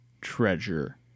treasure